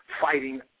fighting